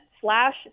slash